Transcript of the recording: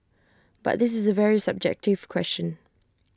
but this is A very subjective question